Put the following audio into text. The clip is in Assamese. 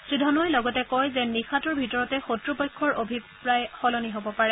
শ্ৰী ধনোৱাই লগতে কয় যে নিশাটোৰ ভিতৰতে শক্ৰপক্ষৰ অভিপ্ৰায় সলনি হ'ব পাৰে